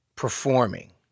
Performing